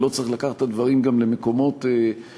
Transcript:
ולא צריך לקחת את הדברים למקומות מוגזמים.